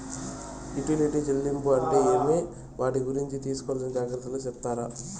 Utility చెల్లింపులు అంటే ఏమి? వాటి గురించి తీసుకోవాల్సిన జాగ్రత్తలు సెప్తారా?